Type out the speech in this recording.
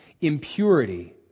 impurity